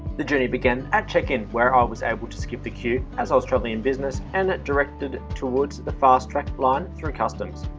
the journey began at check-in where i was able to skip the queue as i was traveling in business and was directed towards the fast-track line through customs.